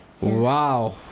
Wow